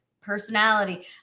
Personality